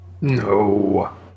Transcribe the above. No